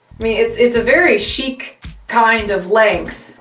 mean, it's it's a very chic kind of length.